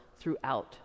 throughout